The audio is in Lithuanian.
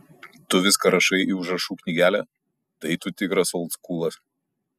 tu viską rašai į užrašų knygelę tai tu tikras oldskūlas